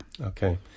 Okay